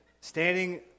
standing